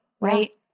right